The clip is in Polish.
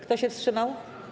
Kto się wstrzymał?